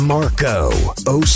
Marco